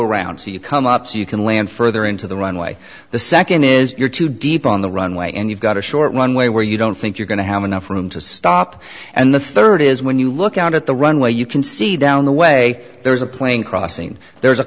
around so you come up so you can land further into the runway the second is you're too deep on the runway and you've got a short runway where you don't think you're going to have enough room to stop and the third is when you look out at the runway you can see down the way there's a plane crossing there's a